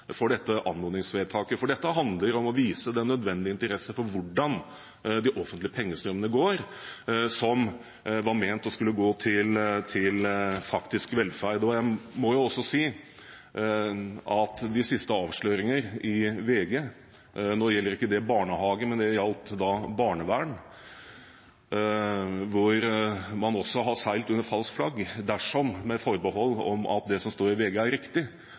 for dette anmodningsvedtaket, for dette handler om å vise den nødvendige interesse for hvordan de offentlige pengestrømmene, som var ment å skulle gå til velferd, går. Når det gjelder de siste avsløringer i VG – nå gjaldt det ikke barnehager, men barnevern – hvor man også har seilt under falskt flagg: Dersom det som står i VG er riktig,